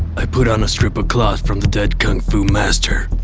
i put on a strip of cloth from the dead kung fu master.